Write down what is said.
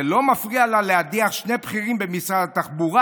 "זה לא מפריע לה להדיח שני בכירים במשרד התחבורה.